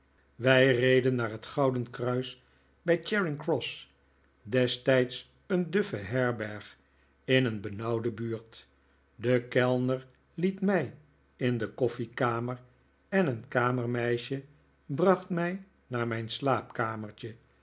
wij reden naar het gouden kruis bij charing cross destijds een duffe herberg in een benauwde buurt de kellner liet mij in de koffiekamer en een kamermeisje bracht mij naar mijn slaapkamertje